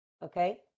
Okay